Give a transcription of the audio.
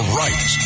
right